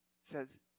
says